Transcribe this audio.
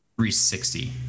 360